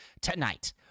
Tonight